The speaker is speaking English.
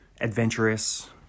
adventurous